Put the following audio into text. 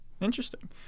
Interesting